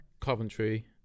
Coventry